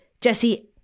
Jesse